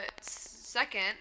Second